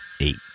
eight